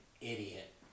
idiot